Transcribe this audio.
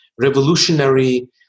revolutionary